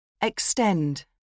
Extend